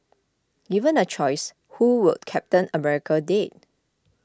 given a choice who would Captain America date